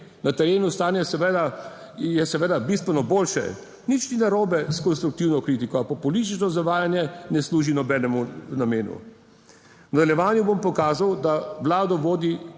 Na terenu stanje je seveda bistveno boljše. Nič ni narobe s konstruktivno kritiko, populistično zavajanje ne služi nobenemu namenu. V nadaljevanju bom pokazal, da Vlado vodi